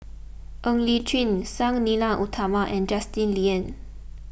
Ng Li Chin Sang Nila Utama and Justin Lean